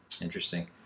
Interesting